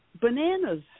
bananas